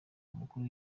umukuru